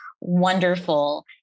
wonderful